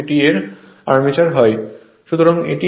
এটি এর আর্মেচার হয়